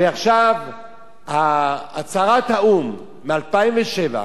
ועכשיו הצהרת האו"ם ב-2007,